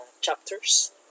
chapters